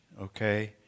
okay